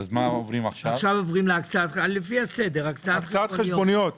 עכשיו עוברים להקצאת חשבוניות.